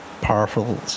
powerful